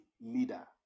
leader